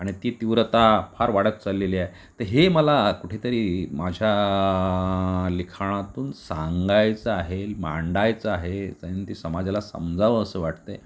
आणि ती तीव्रता फार वाढत चाललेली आहे तर हे मला कुठेतरी माझ्या लिखाणातून सांगायचं आहे मांडायचं आहे आणि ते समाजाला समजावं असं वाटत आहे